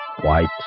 white